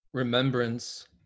Remembrance